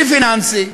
כלי פיננסי,